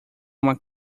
uma